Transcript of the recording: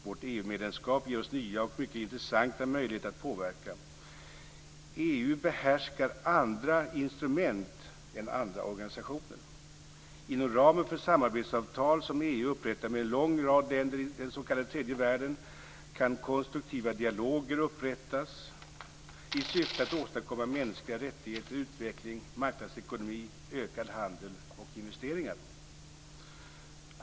Vårt EU-medlemskap ger oss nya och mycket intressanta möjligheter att påverka. EU behärskar andra instrument än andra organisationer. Inom ramen för samarbetsavtal som EU upprättar med en lång rad länder i den s.k. tredje världen kan konstruktiva dialoger upprättas i syfte att åstadkomma mänskliga rättigheter, utveckling, marknadsekonomi, ökad handel och investeringar.